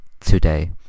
today